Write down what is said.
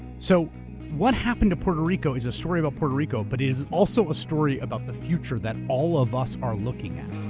so what happened to puerto rico is a story about puerto rico but it is also a story about the future that all of us are looking at.